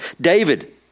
David